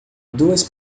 duas